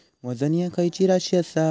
वजन ह्या खैची राशी असा?